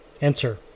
Answer